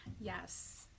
Yes